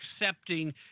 accepting